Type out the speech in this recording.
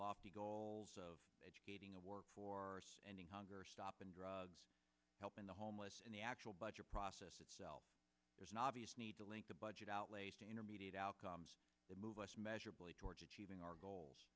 lofty goals of educating a work for ending hunger stop and drugs helping the homeless in the actual budget process itself there's an obvious need to link the budget outlays to intermediate outcomes that move us measurably towards achieving our goals